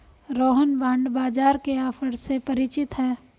Rohan bond बाजार के offer से परिचित है